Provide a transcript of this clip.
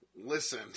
listen